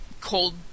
cold